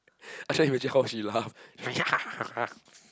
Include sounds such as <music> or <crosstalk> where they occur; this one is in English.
I try imagine how she laugh <noise>